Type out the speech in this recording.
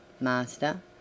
Master